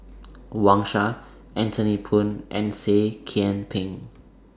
Wang Sha Anthony Poon and Seah Kian Peng